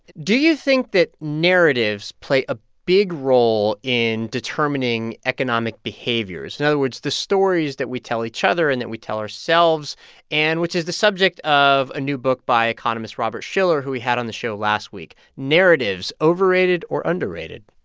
do you think that narratives play a big role in determining economic behaviors in and other words, the stories that we tell each other and that we tell ourselves and which is the subject of a new book by economist robert shiller, who we had on the show last week? narratives overrated or underrated?